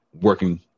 working